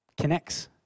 connects